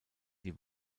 die